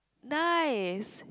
nice